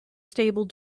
stable